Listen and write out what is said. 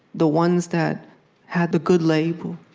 the ones that had the good label,